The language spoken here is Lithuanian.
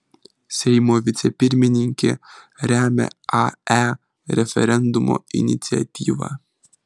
seimo vicepirmininkė remia ae referendumo iniciatyvą